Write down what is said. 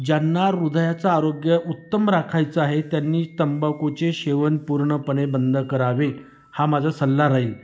ज्यांना हृदयाचं आरोग्य उत्तम राखायचं आहे त्यांनी तंबाखूचे सेवन पूर्णपणे बंद करावे हा माझा सल्ला राहील